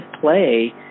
play